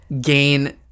gain